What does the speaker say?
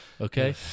Okay